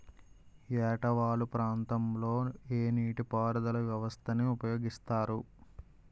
ఏట వాలు ప్రాంతం లొ ఏ నీటిపారుదల వ్యవస్థ ని ఉపయోగిస్తారు?